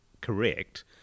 correct